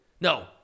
No